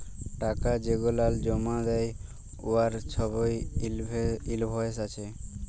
টাকা যেগলাল জমা দ্যায় উয়ার ছবই ইলভয়েস আছে